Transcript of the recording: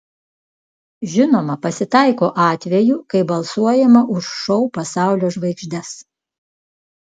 žinoma pasitaiko atvejų kai balsuojama už šou pasaulio žvaigždes